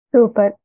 Super